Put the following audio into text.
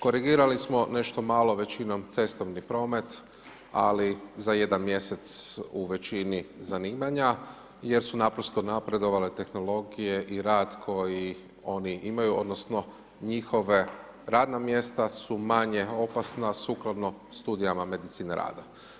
Korigirali smo nešto malo, većinom cestovni promet, ali, za jedan mjesec u većini zanimanja, jer su naprosto napredovale tehnologije i rad koji oni imaju, odnosno, njihove radna mjesta su manje opasna sukladno studijama medicine rada.